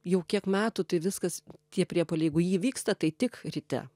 jau kiek metų tai viskas tie priepuoliai jeigu įvyksta tai tik ryte